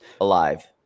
alive